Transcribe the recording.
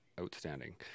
outstanding